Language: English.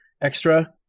extra